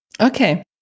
Okay